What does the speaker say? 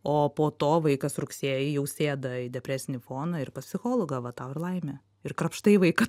o po to vaikas rugsėjį jau sėda į depresinį foną ir pas psichologą va tau ir laimė ir krapštai vaiką